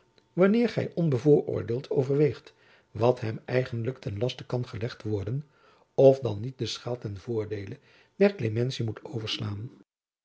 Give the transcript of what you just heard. wanneer gy onbevooroordeeld overweegt wat hem eigenlijk ten laste kan gelegd worden of dan niet de schaal ten voordeele der klementie moet overslaan